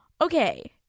okay